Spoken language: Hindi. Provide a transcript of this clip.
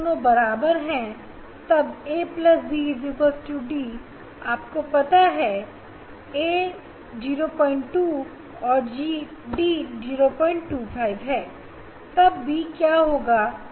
अगर दोनों बराबर हैं तब ab d आपको पता है कि अगर a 02 और d 025 है तब b क्या होगा